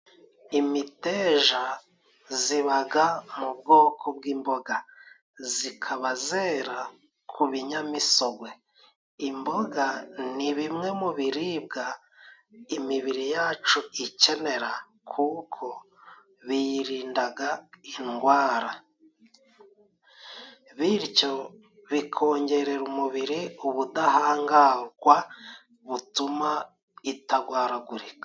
Imiteja zibaga mu bwoko bw'imboga, zikaba zera ku binyamisogwe. Imboga ni bimwe mu biribwa imibiri yacu ikenera kuko biyirindaga indwara bityo bikongerera umubiri ubudahangagwa butuma itagwaragurika.